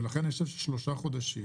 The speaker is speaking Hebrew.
ולכן יש שלושה חודשים.